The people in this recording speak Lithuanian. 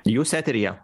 jūs eteryje